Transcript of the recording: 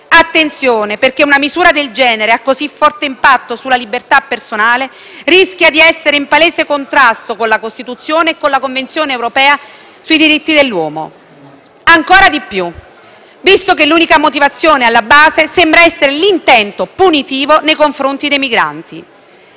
Attenzione perché una misura del genere, a così forte impatto sulla libertà personale, rischia di essere in palese contrasto con la Costituzione e con la Convenzione europea sui diritti dell'uomo. Ancora di più visto che l'unica motivazione alla base sembra essere l'intento punitivo nei confronti dei migranti.